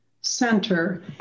Center